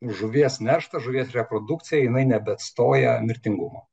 žuvies nerštas žuvies reprodukcija jinai nebeatstoja mirtingumo